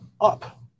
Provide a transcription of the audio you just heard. up